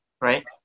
right